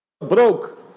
broke